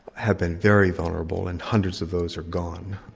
have been very vulnerable and hundreds of those are gone.